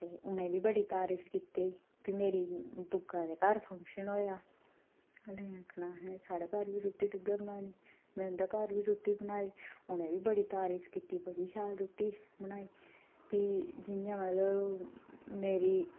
ते उ'नें बी बड़ी तारीफ कीती ते मेरी बूआ दे घर फंक्शन होआ ते ओह् लगी आक्खना कि साढ़े घर बी रुट्टी तू गै बनानी में उं'दे घर बी रुट्टी बनाई उ'नें बी बड़ी तारीफ कीती बड़ी शैल रुट्टी बनाई प्ही' जि'यां मतलब मेरी